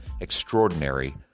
Extraordinary